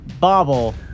Bobble